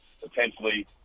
potentially